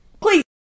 Please